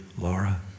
Laura